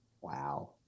Wow